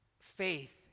Faith